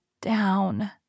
down